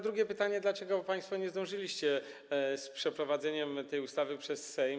Drugie pytanie: Dlaczego państwo nie zdążyliście z przeprowadzeniem tej ustawy przez Sejm?